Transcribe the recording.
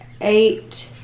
eight